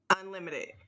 Unlimited